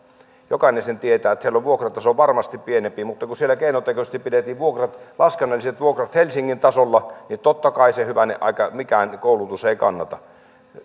jokainen sen tietää että siellä on vuokrataso varmasti pienempi mutta kun siellä keinotekoisesti pidettiin laskennalliset vuokrat helsingin tasolla niin totta kai hyvänen aika mikään koulutus ei kannata